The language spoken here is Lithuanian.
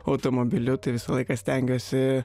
automobiliu tai visą laiką stengiuosi